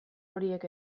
horiek